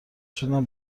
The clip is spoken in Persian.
شدن